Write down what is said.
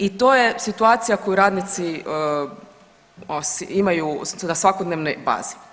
I to je situacija koju radnici imaju na svakodnevnoj bazi.